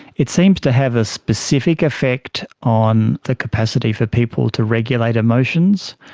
it seems to have a specific effect on the capacity for people to regulate emotions,